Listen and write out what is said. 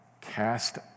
cast